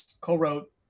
co-wrote